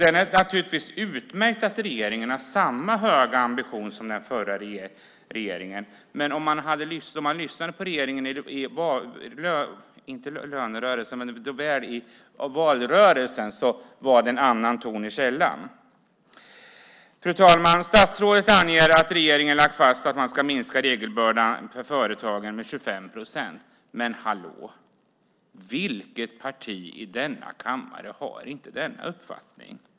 Det är naturligtvis utmärkt att regeringen har samma höga ambition som den förra regeringen, men då man lyssnade på regeringen i valrörelsen var det en annan ton i skällan. Fru talman! Statsrådet anger att regeringen har lagt fast att man ska minska regelbördan för företagen med 25 procent. Men hallå! Vilket parti i denna kammare har inte denna uppfattning?